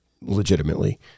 Legitimately